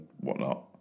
whatnot